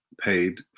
paid